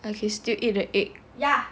I can still eat the egg